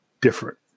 different